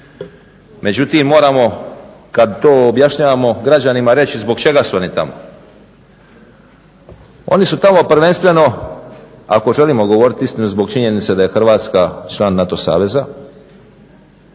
Međutim, moramo kad to objašnjavamo građanima reći zbog čega su oni tamo. Oni su tamo prvenstveno ako želimo govoriti iskreno zbog činjenice da je Hrvatska član NATO saveza